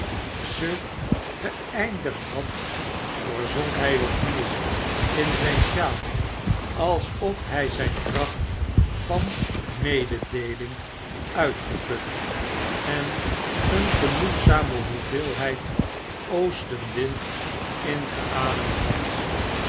ze geeindigd had verzonk hg opnieuw in zjjn sjaal alsof hjj zyn kracht van mededeeling uitgeput en een genoegzame hoeveelheid oostenwind ingeademd had